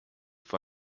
for